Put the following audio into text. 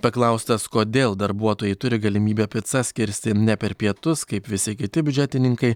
paklaustas kodėl darbuotojai turi galimybę picas kirsti ne per pietus kaip visi kiti biudžetininkai